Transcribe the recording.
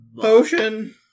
Potion